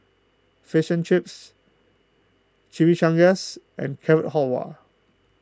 Fish and Chips Chimichangas and Carrot Halwa